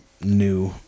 new